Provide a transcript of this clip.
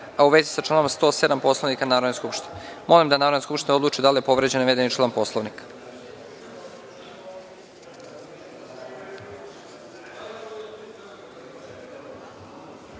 a u vezi sa članom 107. Poslovnika Narodne skupštine. Molim da Narodna skupština odluči da li je povređen navedeni član